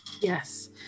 Yes